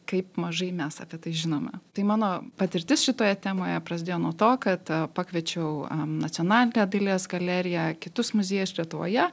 kaip mažai mes apie tai žinome tai mano patirtis šitoje temoje prasidėjo nuo to kad pakviečiau nacionalinę dailės galeriją kitus muziejus lietuvoje